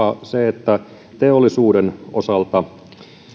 se että teollisuuden osalta